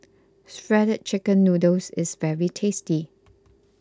Shredded Chicken Noodles is very tasty